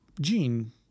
gene